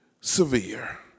Severe